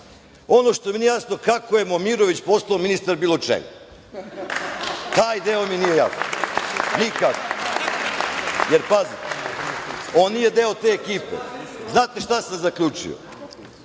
što mi nije jasno kako je Momirović postao ministar bilo čega? Taj deo mi nije jasan. Nikad. Pazite, on nije deo te ekipe. Znate šta sam zaključio?